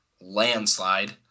landslide